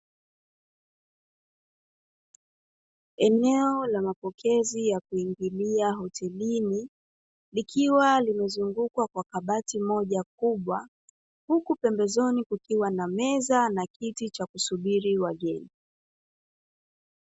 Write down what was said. Eneo la mapokezi ya kuingilia hotelini, likiwa limezungukwa kwa kabati moja kubwa, huku pembezoni kukiwa na meza na kiti cha kusubiri wageni.